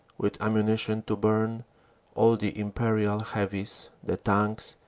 vith ammunition to burn all the imperial heavies the tanks,